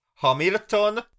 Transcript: Hamilton